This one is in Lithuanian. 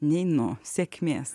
neinu sėkmės